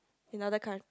in other cul~